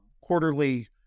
quarterly